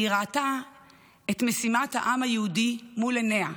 היא ראתה את משימת העם היהודי מול עיניה.